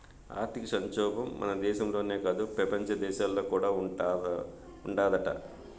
ఆర్థిక సంక్షోబం మన దేశంలోనే కాదు, పెపంచ దేశాల్లో కూడా ఉండాదట